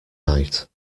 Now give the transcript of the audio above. night